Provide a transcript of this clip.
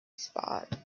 spot